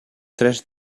tres